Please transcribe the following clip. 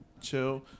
chill